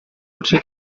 potser